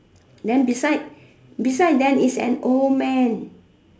then beside beside then is an old man